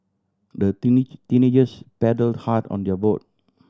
the teenagers paddled hard on their boat